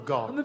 God